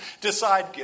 decide